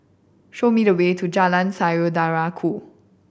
show me the way to Jalan Saudara Ku